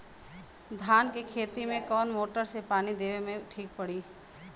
धान के खेती मे कवन मोटर से पानी देवे मे ठीक पड़ी?